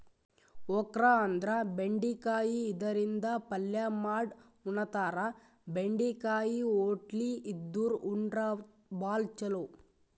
okra ಅಂದ್ರ ಬೆಂಡಿಕಾಯಿ ಇದರಿಂದ ಪಲ್ಯ ಮಾಡ್ ಉಣತಾರ, ಬೆಂಡಿಕಾಯಿ ಹೊಟ್ಲಿ ಇದ್ದೋರ್ ಉಂಡ್ರ ಭಾಳ್ ಛಲೋ